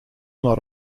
not